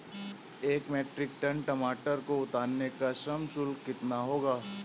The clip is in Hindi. एक मीट्रिक टन टमाटर को उतारने का श्रम शुल्क कितना होगा?